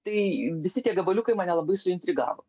tai visi tie gabaliukai mane labai suintrigavo